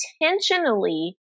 intentionally